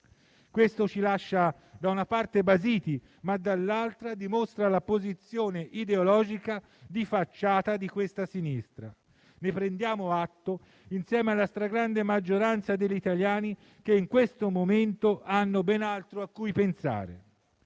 Questo ci lascia, da una parte, basiti ma, dall'altra parte, dimostra la posizione ideologica di facciata di questa sinistra. Ne prendiamo atto insieme alla stragrande maggioranza degli italiani, che in questo momento ha ben altro a cui pensare.